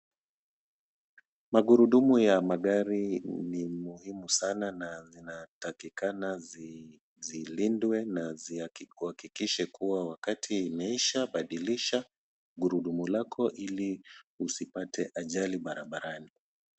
Magurudumu ya magari ni muhimu sana na zinatakikana zilindwe na ziyakuhakikishe kuwa wakati imeisha badilisha gurudumu lako ili usipate ajali barabarani.